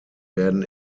werden